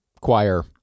Choir